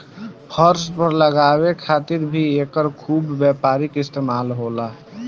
फर्श पर लगावे खातिर भी एकर खूब व्यापारिक इस्तेमाल होला